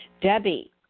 Debbie